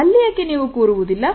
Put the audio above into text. ಅಲ್ಲಿ ಏಕೆ ನೀವು ಕೂರುವುದಿಲ್ಲ